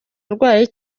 arwaye